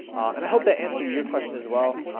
and i hope that answered your question as well